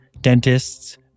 dentists